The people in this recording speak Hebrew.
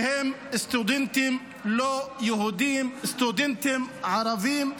שהם סטודנטים לא יהודים, סטודנטים ערבים.